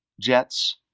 Jets